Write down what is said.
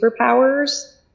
superpowers